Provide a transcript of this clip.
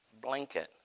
blanket